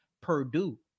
Purdue